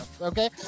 Okay